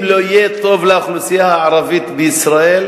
אם לא יהיה טוב לאוכלוסייה הערבית בישראל,